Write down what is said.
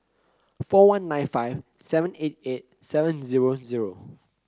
four one nine five seven eight eight seven zero zero